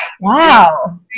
Wow